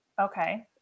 Okay